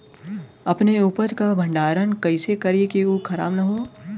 अपने उपज क भंडारन कइसे करीं कि उ खराब न हो?